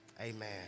Amen